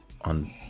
on